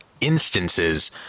instances